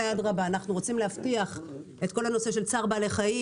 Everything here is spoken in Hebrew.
אפילו חלקים בימינה התבטאו ברגישות על הדבר הזה,